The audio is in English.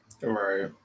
Right